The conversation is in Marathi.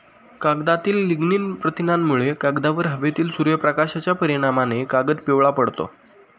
कागदातील लिग्निन प्रथिनांमुळे, कागदावर हवेतील सूर्यप्रकाशाच्या परिणामाने कागद पिवळा पडतो